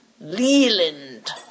Leland